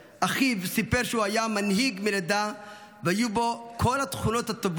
אחיו סיפר שהוא היה מנהיג מלידה והיו בו כל התכונות הטובות,